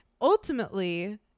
ultimately